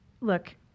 look